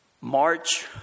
March